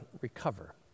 recover